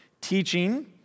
teaching